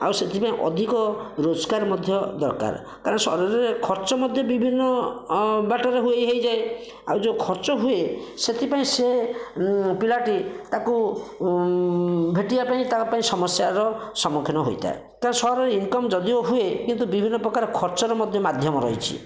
ଆଉ ସେଥିପାଇଁ ଅଧିକ ରୋଜଗାର ମଧ୍ୟ ଦରକାର କାରଣ ସହରରେ ଖର୍ଚ୍ଚ ମଧ୍ୟ ବିଭିନ୍ନ ଅଁ ବାଟରେ ହୋଇ ହୋଇଯାଏ ଆଉ ଯେଉଁ ଖର୍ଚ୍ଚ ହୁଏ ସେଥିପାଇଁ ସେ ପିଲାଟି ତାକୁ ଭେଟିବା ପାଇଁ ତା ପାଇଁ ସମସ୍ୟାର ସମ୍ମୁଖୀନ ହୋଇଥାଏ ତ ସହରରେ ଇନକମ୍ ଜଦିଓ ହୁଏ କିନ୍ତୁ ବିଭିନ୍ନ ପ୍ରକାର ଖର୍ଚ୍ଚର ମଧ୍ୟ ମାଧ୍ୟମ ରହିଛି